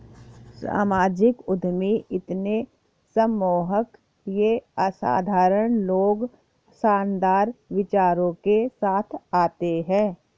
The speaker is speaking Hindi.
सामाजिक उद्यमी इतने सम्मोहक ये असाधारण लोग शानदार विचारों के साथ आते है